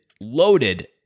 loaded